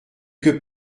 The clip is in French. que